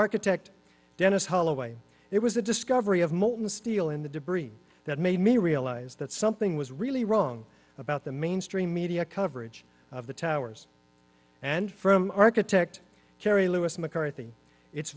architect dennis holloway it was the discovery of molten steel in the debris that made me realize that something was really wrong about the mainstream media coverage of the towers and from architect jerry lewis mccarthy it's